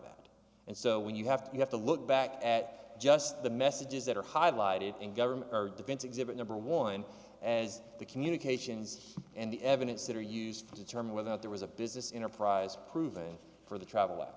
that and so when you have to you have to look back at just the messages that are highlighted in government defense exhibit number one as the communications and the evidence that are used for the term without there was a business in a prize proving for the travel